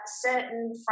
certain